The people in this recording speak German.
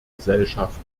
gesellschaft